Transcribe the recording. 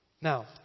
Now